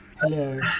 Hello